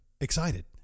Excited